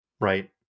right